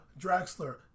Draxler